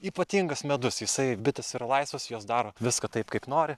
ypatingas medus jisai bitės yra laisvos jos daro viską taip kaip nori